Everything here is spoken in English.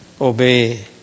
obey